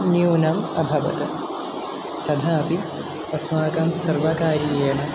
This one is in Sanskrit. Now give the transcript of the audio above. न्यूनम् अभवत् तथापि अस्माकं सर्वकारीयेण